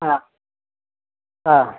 ആ ആ